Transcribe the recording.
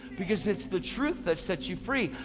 because it's the truth that sets you free.